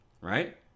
Right